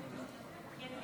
הכנסת,